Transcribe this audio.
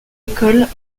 école